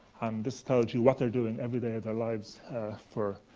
um this tells you what they're doing every day of their lives for